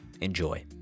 Enjoy